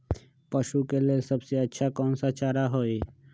पशु के लेल सबसे अच्छा कौन सा चारा होई?